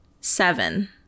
Seven